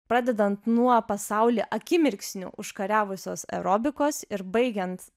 pradedant nuo pasaulį akimirksniu užkariavusio aerobikos ir baigiant